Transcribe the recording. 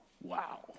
Wow